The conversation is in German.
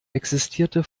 existierte